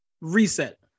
reset